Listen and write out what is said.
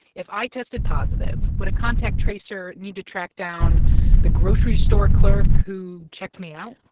if i tested positive, would a contact tracer need to track down the grocery store clerk who checked me out?